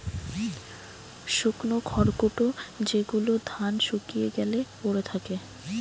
শুকনো খড়কুটো যেগুলো ধান শুকিয়ে গ্যালে পড়ে থাকে